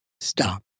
stop